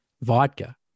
vodka